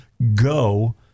Go